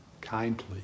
kindly